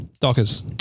Dockers